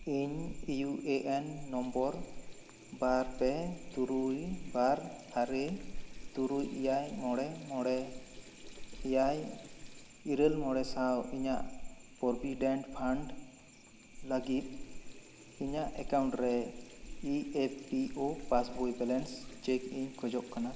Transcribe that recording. ᱤᱧ ᱤᱭᱩ ᱮ ᱮᱱ ᱱᱚᱢᱵᱚᱨ ᱵᱟᱨ ᱯᱮ ᱛᱩᱨᱩᱭ ᱵᱟᱨ ᱟᱨᱮ ᱛᱩᱨᱩᱭ ᱮᱭᱟᱭ ᱢᱚᱬᱮ ᱢᱚᱬᱮ ᱮᱭᱟᱭ ᱤᱨᱟᱹᱞ ᱢᱚᱬᱮ ᱥᱟᱶ ᱤᱧᱟᱜ ᱯᱨᱚᱵᱤᱰᱮᱱᱴ ᱯᱷᱟᱱᱰ ᱞᱟᱹᱜᱤᱫ ᱤᱧᱟᱹᱜ ᱮᱠᱟᱣᱩᱱᱴ ᱨᱮ E F P O passbook balance check ᱤᱧ ᱠᱷᱚᱡᱚᱜ ᱠᱟᱱᱟ